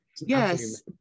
yes